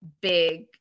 big